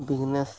business